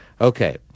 Okay